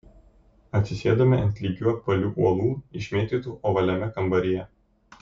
atsisėdome ant lygių apvalių uolų išmėtytų ovaliame kambaryje